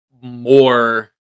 more